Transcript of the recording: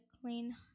clean